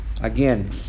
again